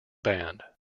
band